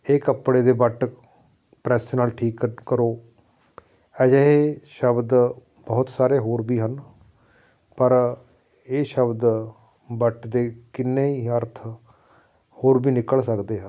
ਇਹ ਕੱਪੜੇ ਦੇ ਵੱਟ ਪ੍ਰੈੱਸ ਨਾਲ ਠੀਕ ਕ ਕਰੋ ਅਜਿਹੇ ਸ਼ਬਦ ਬਹੁਤ ਸਾਰੇ ਹੋਰ ਵੀ ਹਨ ਪਰ ਇਹ ਸ਼ਬਦ ਵੱਟ ਦੇ ਕਿੰਨੇ ਹੀ ਅਰਥ ਹੋਰ ਵੀ ਨਿਕਲ ਸਕਦੇ ਹਨ